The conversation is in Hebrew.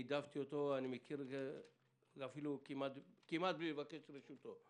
נידבתי אותו כמעט בלי לבקש את רשותו,